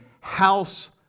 house